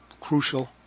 crucial